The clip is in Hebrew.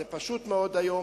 זה פשוט מאוד היום,